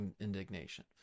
indignation